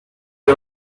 the